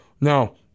Now